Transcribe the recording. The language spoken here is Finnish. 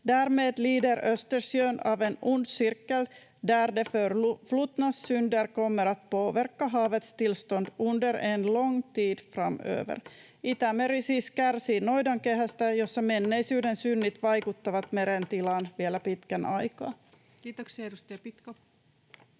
Därmed lider Östersjön av en ond cirkel där det förflutnas synder kommer att påverka havets tillstånd under en lång tid framöver. Itämeri siis kärsii noidankehästä, jossa menneisyyden synnit vaikuttavat meren tilaan vielä pitkän aikaa. Kiitoksia. — Edustaja Pitko.